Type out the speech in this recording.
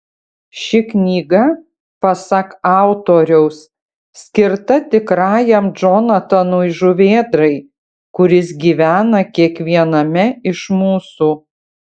ši knyga pasak autoriaus skirta tikrajam džonatanui žuvėdrai kuris gyvena kiekviename iš mūsų